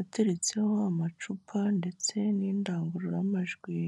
ateretseho amacupa ndetse n'indangururamajwi.